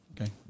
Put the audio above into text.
Okay